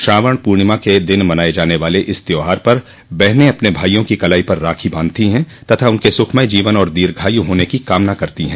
श्रावण पूर्णिमा के दिन मनाये जाने वाले इस त्योहार पर बहनें अपने भाइयों की कलाई पर राखी बांधती हैं तथा उनके सुखमय जीवन और दीर्घायु होने की कामना करती हैं